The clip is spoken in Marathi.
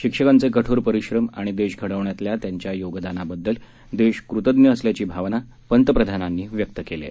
शिक्षकांचे कठोर परिश्रम आणि देश घडवण्यातल्या त्यांच्या योगदानाबद्दल देश कृतज्ञ असल्याची भावना पंतप्रधानांनी व्यक्त केली आहे